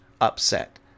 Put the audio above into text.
upset